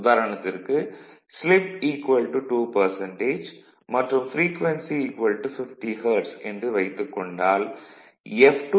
உதாரணத்திற்கு ஸ்லிப் 2 மற்றும் frequency 50 hertz என்று வைத்துக் கொண்டால் f2 0